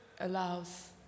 allows